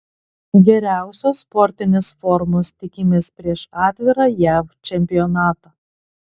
geriausios sportinės formos tikimės prieš atvirą jav čempionatą